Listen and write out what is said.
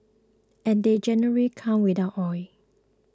and they generally come without oil